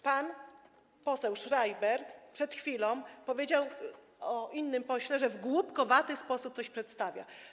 Pan poseł Schreiber przed chwilą powiedział o innym pośle, że w głupkowaty sposób coś przedstawia.